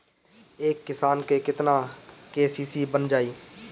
एक किसान के केतना के.सी.सी बन जाइ?